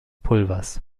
pulvers